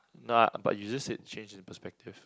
no ah but you just said change in perspective